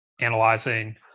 analyzing